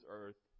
earth